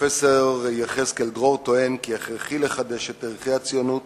פרופסור יחזקאל דרור טוען כי הכרחי לחדש את ערכי הציונות